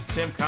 Tim